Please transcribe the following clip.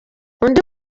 undi